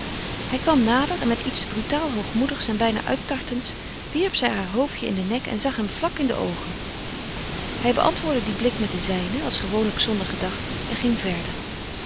hij kwam nader en met iets brutaal hoogmoedigs en bijna uittartends wierp zij haar hoofdje in den nek en zag hem vlak in de oogen hij beantwoordde dien blik met den zijne als gewoonlijk zonder gedachte en ging verder